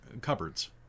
cupboards